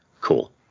cool